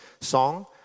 song